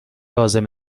عازم